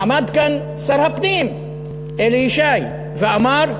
עמד כאן שר הפנים אלי ישי ואמר: